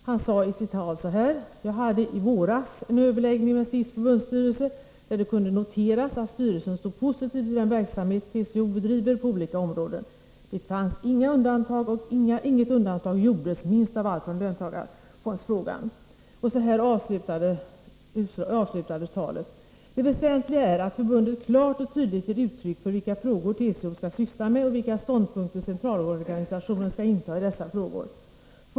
Han sade i sitt tal så här: ”Jag hade i våras en överläggning med SIFs förbundsstyrelse där det kunde noteras att styrelsen stod positiv till den verksamhet TCO bedriver på olika områden. Det fanns inga undantag och inget undantag gjordes, minst av allt för löntagarfondsfrågan.” Så här avslutades talet: ”Det väsentliga är att förbunden klart och tydligt ger uttryck för vilka frågor TCO skall syssla med och vilka ståndpunkter centralorganisationen skall inta i dessa frågor.